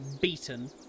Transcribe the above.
beaten